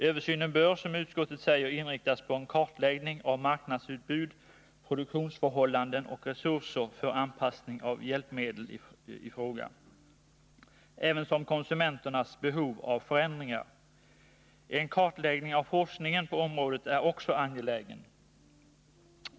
Översynen bör, som utskottet skriver, inriktas på en kartläggning av Nr 22 marknadsutbud, produktionsförhållanden och resurser för anpassning av hjälpmedlen i fråga, ävensom av konsumenternas behov av förändringar. En kartläggning av forskningen på området är också angelägen.